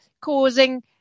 causing